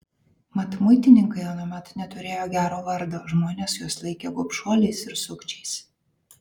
mat muitininkai anuomet neturėjo gero vardo žmonės juos laikė gobšuoliais ir sukčiais